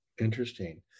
Interesting